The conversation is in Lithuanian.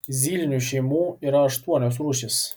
zylinių šeimų yra aštuonios rūšys